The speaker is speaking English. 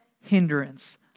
hindrance